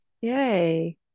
Yay